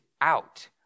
out